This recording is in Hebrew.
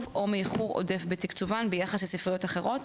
או מאיחור עודף בתקצובן ביחס לספריות אחרות,